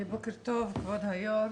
בוקר טוב, כבוד היושב-ראש,